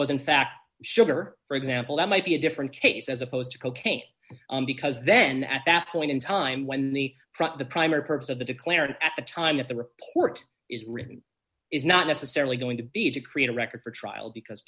in fact sugar for example that might be a different case as opposed to cocaine because then at that point in time when the the primary purpose of the declarant at the time of the report is written is not necessarily going to be to create a record for trial because